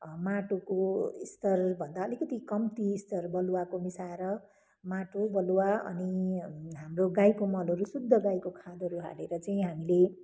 माटोको स्तरभन्दा अलिकति कम्ती स्तर बलुवाको मिसाएर माटो बलुवा अनि हाम्रो गाईको मलहरू शुद्ध गाईको खारहरू हालेर चै हामीले